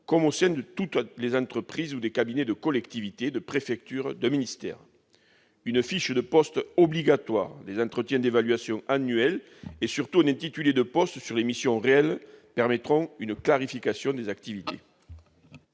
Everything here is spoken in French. comme au sein de toutes les entreprises ou des cabinets de collectivités, de préfectures, de ministères ... Une fiche de poste obligatoire, des entretiens d'évaluation annuels et, surtout, un intitulé de poste sur les missions réelles permettront une clarification des activités.